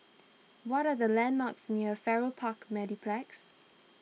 what are the landmarks near Farrer Park Mediplex